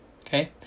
okay